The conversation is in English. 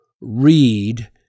read